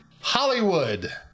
Hollywood